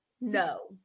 No